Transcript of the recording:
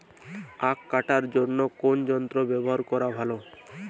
আঁখ কাটার জন্য কোন যন্ত্র ব্যাবহার করা ভালো?